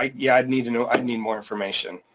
like yeah, i'd need to know, i'd need more information.